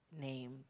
name